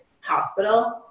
hospital